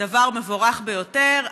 דבר מבורך ביותר,